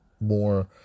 more